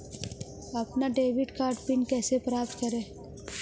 अपना debit card PIN कैसे प्राप्त करें?